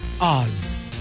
Oz